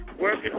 working